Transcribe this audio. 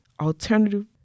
alternative